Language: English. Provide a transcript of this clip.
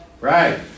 Right